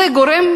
זה גורם